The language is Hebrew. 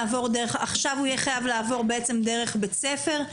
עכשיו הוא יהיה חייב לעבור דרך בית ספר?